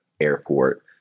airport